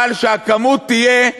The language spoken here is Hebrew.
אבל שהכמות תהיה,